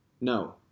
No